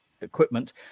equipment